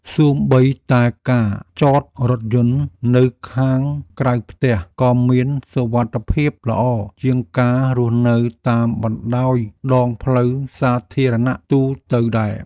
សូម្បីតែការចតរថយន្តនៅខាងក្រៅផ្ទះក៏មានសុវត្ថិភាពល្អជាងការរស់នៅតាមបណ្តោយដងផ្លូវសាធារណៈទូទៅដែរ។